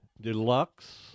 Deluxe